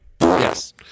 Yes